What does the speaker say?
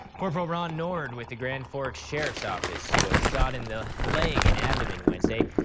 corporal ron nord, with the grand forks sheriff's office, was shot in the leg and abdomen, wednesday.